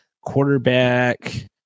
quarterback